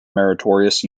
meritorious